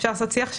אפשר לעשות שיח,